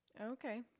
Okay